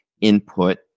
input